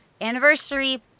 anniversary